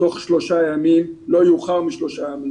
תוך שלושה ימים לא יאוחר משלושה ימים.